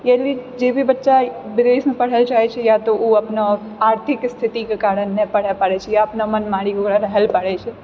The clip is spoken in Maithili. यदि जेभी बच्चा विदेशमे पढ़ए लए चाहैत छै या तऽ ओ अपना आर्थिक स्थितिके कारण नहि पढ़ल पा रहल छै या अपन मन मारिके ओकरा रहै पा रहल छै